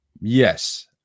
yes